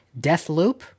Deathloop